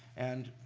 and